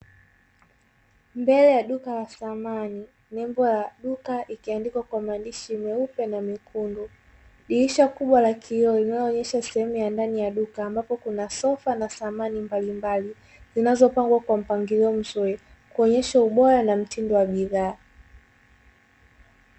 Mbele ya duka la samani, nembo ya duka ikiandikwa kwa maandishi meupe na mekundu. Dirisha kubwa la kioo linaloonyesha sehemu ya ndani ya duka, ambapo kuna sofa na samani mbalimbali zinazopangwa kwa mpangilio mzuri kuonyesha ubora na mtindo wa bidhaa.